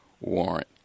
warrant